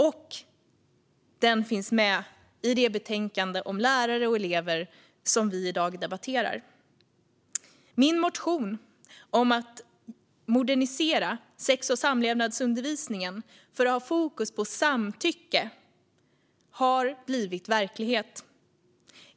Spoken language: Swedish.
Och den finns med i det betänkande om lärare och elever som vi i dag debatterar. Min motion om att modernisera sex och samlevnadsundervisningen för att ha fokus på samtycke har blivit verklighet.